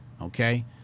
okay